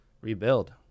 rebuild